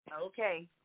Okay